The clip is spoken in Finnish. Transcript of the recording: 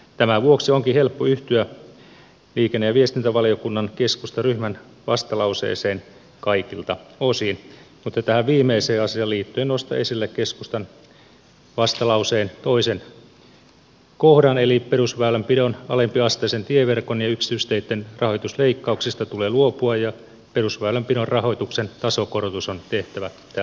tämän vuoksi onkin helppo yhtyä liikenne ja viestintävaliokunnan keskustaryhmän vastalauseeseen kaikilta osin mutta tähän viimeiseen asiaan liittyen nostan esille keskustan vastalauseen toisen kohdan eli perusväylänpidon alempiasteisen tieverkon ja yksityisteiden rahoitusleikkauksista tulee luopua ja perusväylänpidon rahoituksen tasokorotus on tehtävä tällä vaalikaudella